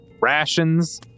rations